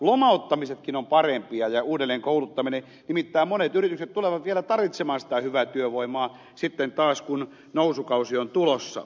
lomauttamisetkin ovat parempia ja uudelleenkouluttaminen nimittäin monet yritykset tulevat vielä tarvitsemaan sitä hyvää työvoimaa sitten taas kun nousukausi on tulossa